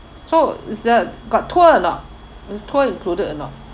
so is that got tour or not is tour included or not